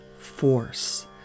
force